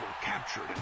captured